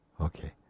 okay